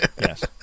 Yes